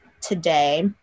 today